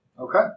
Okay